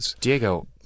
Diego